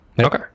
Okay